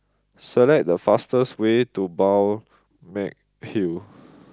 select the fastest way to Balmeg Hill